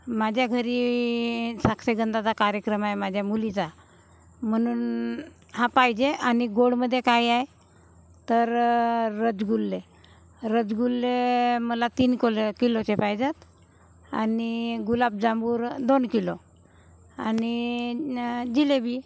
माझ्या घरी साक्षगंधाचा कार्यक्रम आहे माझ्या मुलीचा म्हणून हा पाहिजे आणि गोडमध्ये काय आहे तर रजगुल्ले रजगुल्ले मला तीन कलो किलोचे पाहिजेत आणि गुलाबजाम्बुर दोन किलो आणि न जिलेबी